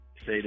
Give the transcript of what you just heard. say